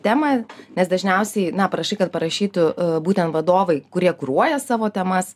temą nes dažniausiai na prašai kad parašytų būtent vadovai kurie kuruoja savo temas